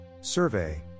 survey